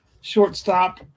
Shortstop